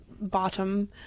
bottom